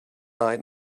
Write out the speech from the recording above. eyed